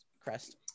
crest